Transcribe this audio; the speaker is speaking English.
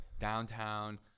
downtown